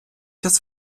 час